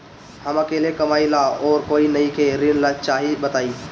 हम अकेले कमाई ला और कोई नइखे ऋण चाही बताई?